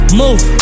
move